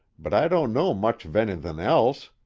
but i don't know much of anythin' else.